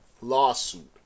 lawsuit